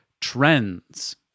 trends